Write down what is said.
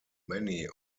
many